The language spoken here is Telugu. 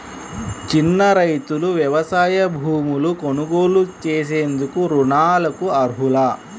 చిన్న రైతులు వ్యవసాయ భూములు కొనుగోలు చేసేందుకు రుణాలకు అర్హులా?